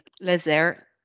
laser